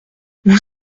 vous